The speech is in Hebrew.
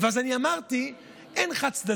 אז אני אמרתי: אין חד-צדדי.